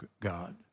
God